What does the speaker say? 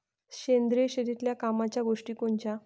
सेंद्रिय शेतीतले कामाच्या गोष्टी कोनच्या?